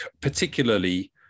particularly